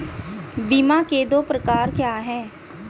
बीमा के दो प्रकार क्या हैं?